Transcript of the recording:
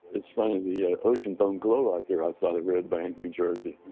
it's funny, the ah ocean don't glow out there outside of red bank, new jersey.